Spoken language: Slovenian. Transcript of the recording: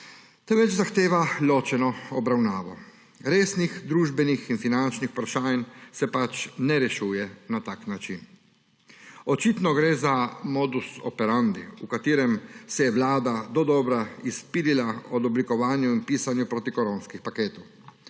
temveč zahteva ločeno obravnavo. Resnih družbenih in finančnih vprašanj se pač ne rešuje na tak način. Očitno gre za modus operandi, v katerem se je vlada dodobra izpilila od oblikovanja in pisanja protikoronskih paketov.